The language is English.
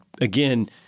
again